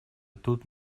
тут